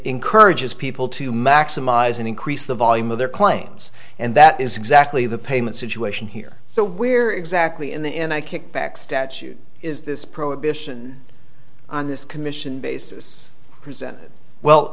encourages people to maximize and increase the volume of their claims and that is exactly the payment situation here where exactly in the end i kickback statute is this prohibition on this commission basis present well